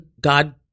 God